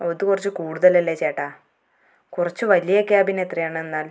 അത് കുറച്ചു കൂടുതൽ അല്ലേ ചേട്ടാ കുറച്ച് വലിയ ക്യാബിന് എത്രയാണ് എന്നാൽ